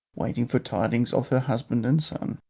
waiting for tidings of her husband and son.